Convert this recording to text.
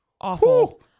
awful